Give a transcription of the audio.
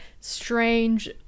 strange